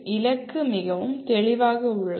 இலக்கு மிகவும் தெளிவாக உள்ளது